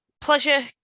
pleasure